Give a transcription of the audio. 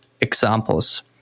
examples